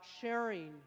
sharing